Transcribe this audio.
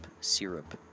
syrup